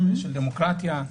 של דמוקרטיה?